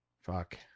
Fuck